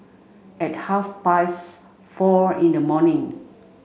at half past four in the morning